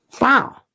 Wow